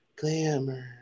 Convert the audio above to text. glamour